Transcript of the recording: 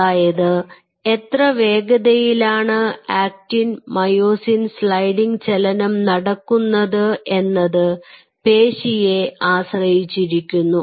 അതായത് എത്ര വേഗതയിലാണ് ആക്ടിൻ മായോസിൻ സ്ലൈഡിങ് ചലനം നടക്കുന്നത് എന്നത് പേശിയെ ആശ്രയിച്ചിരിക്കുന്നു